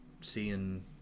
seeing